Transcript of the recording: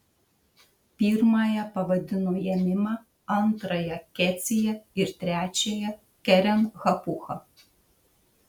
pirmąją pavadino jemima antrąją kecija ir trečiąją keren hapucha